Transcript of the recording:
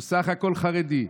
הוא בסך הכול חרדי.